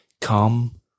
Come